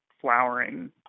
flowering